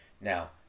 Now